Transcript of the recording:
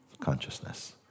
Consciousness